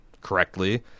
correctly